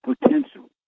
Potential